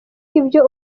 ibyo